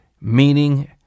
meaning